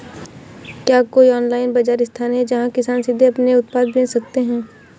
क्या कोई ऑनलाइन बाज़ार स्थान है जहाँ किसान सीधे अपने उत्पाद बेच सकते हैं?